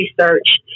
research